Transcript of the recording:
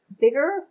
bigger